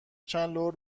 چندلر